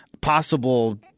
possible